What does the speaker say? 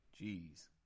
Jeez